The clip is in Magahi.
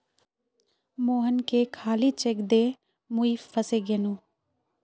मोहनके खाली चेक दे मुई फसे गेनू